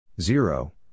zero